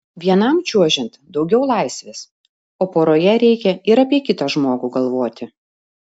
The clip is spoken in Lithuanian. vienam čiuožiant daugiau laisvės o poroje reikia ir apie kitą žmogų galvoti